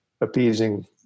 appeasing